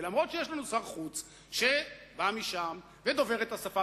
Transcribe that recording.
ואף שיש לנו שר חוץ שבא משם ודובר את השפה,